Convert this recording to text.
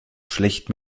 schlecht